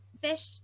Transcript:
fish